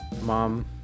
Mom